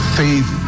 faith